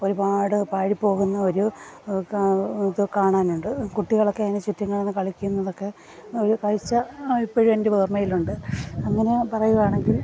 ഒരുപാട് പാഴിപ്പോകുന്ന ഒരു ഇത് കാണാനുണ്ട് കുട്ടികളൊക്കെ അതിന് ചുറ്റും കിടന്ന് കളിക്കുന്നതൊക്കെ ഒരു കാഴ്ച്ച ഇപ്പോഴും എൻ്റെ ഓർമ്മയിലുണ്ട് അങ്ങനെ പറയുകയാണെങ്കിൽ